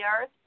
earth